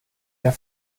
der